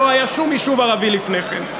לא היה שום יישוב ערבי לפני כן.